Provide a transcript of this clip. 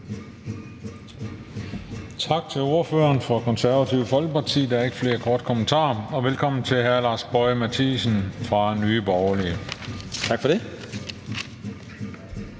Tak til ordføreren fra Det Konservative Folkeparti. Der er ikke flere korte bemærkninger. Og velkommen til hr. Lars Boje Mathiesen fra Nye Borgerlige. Kl.